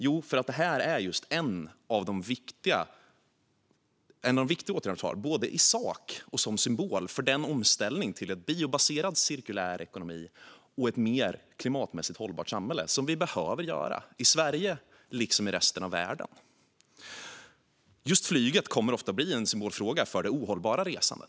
Jo, för att det här är just en av de viktiga åtgärder som vi vidtar, både i sak och som symbol, för den omställning till en biobaserad, cirkulär ekonomi och ett mer klimatmässigt hållbart samhälle som vi behöver göra i Sverige liksom i resten av världen. Just flyget får ofta vara en symbolfråga för det ohållbara resandet.